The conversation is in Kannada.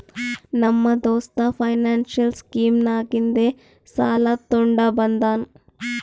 ನಮ್ಮ ದೋಸ್ತ ಫೈನಾನ್ಸಿಯಲ್ ಸ್ಕೀಮ್ ನಾಗಿಂದೆ ಸಾಲ ತೊಂಡ ಬಂದಾನ್